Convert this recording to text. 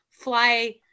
Fly